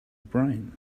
brain